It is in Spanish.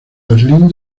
berlín